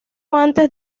antes